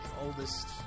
oldest